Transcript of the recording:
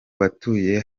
batuye